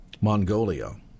Mongolia